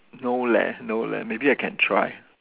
no leh no leh maybe I can try